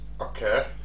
okay